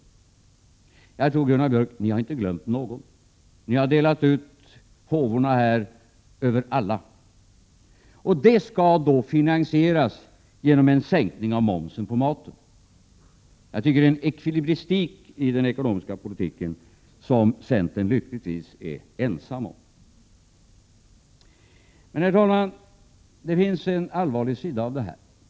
Gunnar Björk! Jag tror inte att ni har glömt någon. Ni har delat ut håvorna till alla. Och det skall då finansieras genom en sänkning av momsen på maten. Jag tycker att detta är en ekvilibristik i den ekonomiska politiken som centern lyckligtvis är ensam om. Herr talman! Det finns en allvarlig sida av detta.